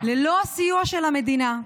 ללא הסיוע של המדינה,